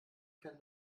kann